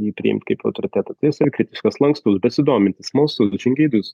jį priimt kaip autoritetą tai jis ir kritiškas lankstus besidomintis smalsus žingeidus